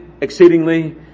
exceedingly